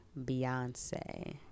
Beyonce